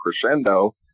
crescendo